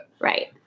Right